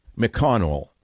McConnell